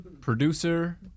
Producer